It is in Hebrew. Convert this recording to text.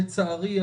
לצערי,